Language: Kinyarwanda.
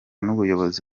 n’ubuyobozi